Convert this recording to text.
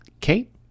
Kate